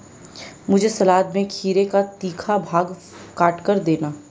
मुझे सलाद में खीरे का तीखा भाग काटकर देना